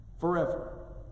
forever